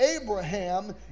Abraham